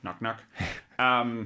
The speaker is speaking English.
knock-knock